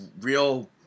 real